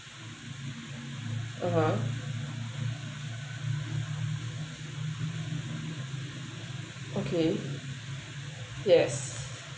(uh huh) okay yes